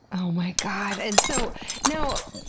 oh my god. and so now,